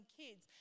kids